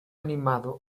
animado